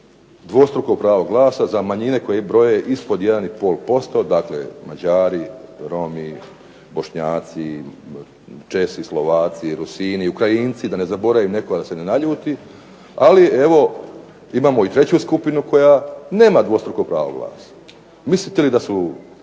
dvostruko pravo glasa za manjine koje broje ispod 1,5%, dakle Mađari, Romi, Bošnjaci, Česi, Slovaci, Rusini, Ukrajinci, da ne zaboravim nekoga da se ne naljuti, ali evo imamo i treću skupinu koja nema dvostruko pravo glasa. Mislite li da su